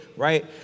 right